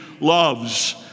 loves